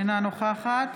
אינה נוכחת